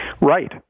Right